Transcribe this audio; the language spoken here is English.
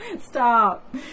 stop